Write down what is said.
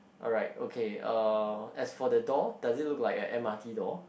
alright okay uh as for the door does it look like a m_r_t door